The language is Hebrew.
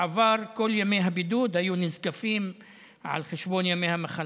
בעבר כל ימי הבידוד היו נזקפים על חשבון ימי המחלה.